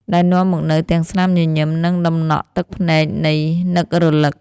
ដែលនាំមកនូវទាំងស្នាមញញឹម និងតំណក់ទឹកភ្នែកនៃនឹករលឹក។